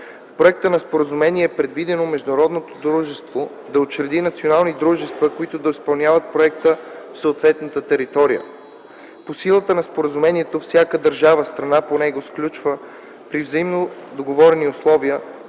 В проекта на Споразумение е предвидено международното дружество да учреди национални дружества, които да изпълняват проекта в съответната територия. По силата на Споразумението всяка държава, страна по него, сключва при взаимно договорени условия